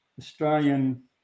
Australian